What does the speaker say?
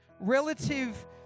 Relative